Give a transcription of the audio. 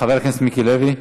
חבר הכנסת מיקי לוי.